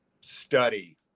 study